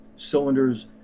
Cylinders